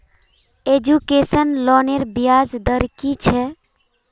Education लोनेर ब्याज दर कि छे?